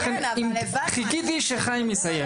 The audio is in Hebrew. לכן חיכיתי שחיים יסיים.